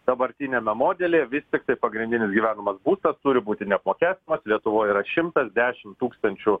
dabartiniame modelyje vis tiktai pagrindinis gyvenamas būstas turi būti neapmokestinamas lietuvoje yra šimtas dešim tūkstančių